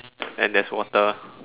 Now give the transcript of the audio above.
and there's water